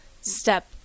step